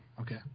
Okay